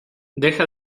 deja